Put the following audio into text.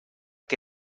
que